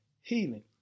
healing